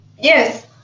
yes